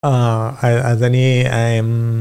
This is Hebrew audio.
אה... אז אני אה...